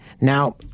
Now